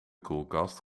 koelkast